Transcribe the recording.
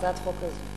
הצעת חוק כזאת.